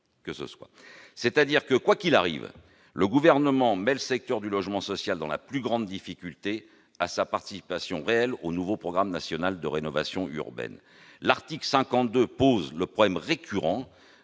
que ce soit. Quoi qu'il arrive, le Gouvernement met le secteur du logement social dans la plus grande difficulté quant à sa participation réelle au nouveau programme national de renouvellement urbain. L'article 52 pose le problème récurrent